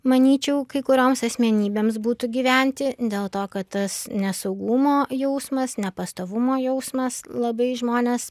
manyčiau kai kurioms asmenybėms būtų gyventi dėl to kad tas nesaugumo jausmas nepastovumo jausmas labai žmones